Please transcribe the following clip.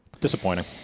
Disappointing